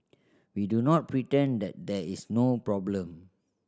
we do not pretend that there is no problem